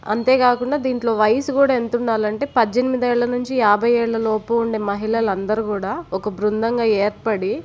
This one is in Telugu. అంతే కాకుండా దీంట్లో వయసు కూడా ఎంతుండాలంటే పద్దె నిమిదేళ్ళ నుంచి యాభై ఏళ్ల లోపు ఉండే మహిళలందరూ కూడా ఒక బృందంగా ఏర్పడి